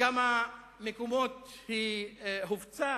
לכמה מקומות היא הופצה?